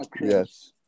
Yes